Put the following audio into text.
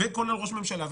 כולל ראש הממשלה,